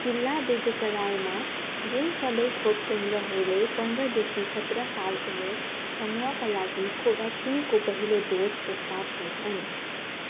जिल्ला बेगुसरायमा जुन सबै खोप केन्द्रहरूले पन्ध्रदेखि सत्र साल उमेर समूहका लागि कोभ्याक्सिनको पहिलो डोज प्रस्ताव गर्छन्